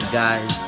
guys